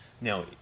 Now